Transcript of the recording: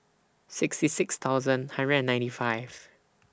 sixty six thousand hundred and ninety five